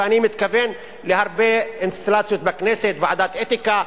ואני מתכוון להרבה אינסטנציות בכנסת: ועדת האתיקה,